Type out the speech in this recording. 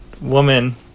woman